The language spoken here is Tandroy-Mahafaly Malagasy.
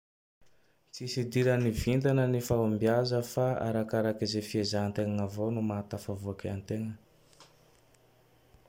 Tsisy idiran'ny vintana ny fahombiaza fa arakaraky ze fiezategna avao no maha tafavoaky ategna.